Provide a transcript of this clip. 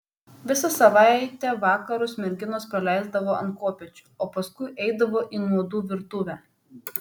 visą savaitę vakarus merginos praleisdavo ant kopėčių o paskui eidavo į nuodų virtuvę